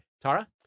Tara